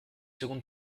seconde